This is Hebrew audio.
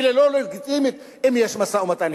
וללא לגיטימית אם יש משא-ומתן.